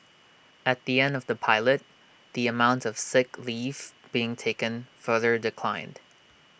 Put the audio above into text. at the end of the pilot the amount of sick leave being taken further declined